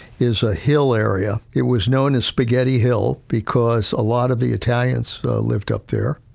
is a hill area, it was known as spaghetti hill, because a lot of the italians lived up there.